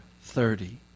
thirty